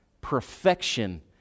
Perfection